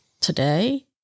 today